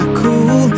cool